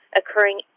occurring